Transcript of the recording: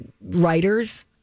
writers